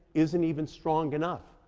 isn't even strong enough.